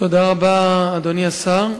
תודה רבה, אדוני השר.